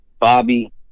bobby